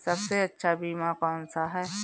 सबसे अच्छा बीमा कौनसा है?